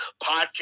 podcast